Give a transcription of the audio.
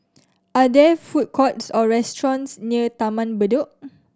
are there food courts or restaurants near Taman Bedok